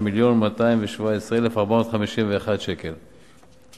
1.573 מיליארד ו-217,451 ש"ח.